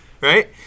right